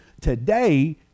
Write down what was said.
today